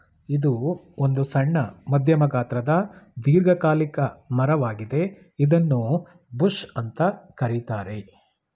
ಇದು ಒಂದು ಸಣ್ಣ ಮಧ್ಯಮ ಗಾತ್ರದ ದೀರ್ಘಕಾಲಿಕ ಮರ ವಾಗಿದೆ ಇದನ್ನೂ ಬುಷ್ ಅಂತ ಕರೀತಾರೆ